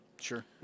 Sure